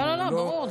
לא, ברור.